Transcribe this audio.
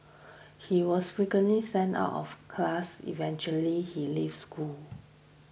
he was frequently sent out of class eventually he leave school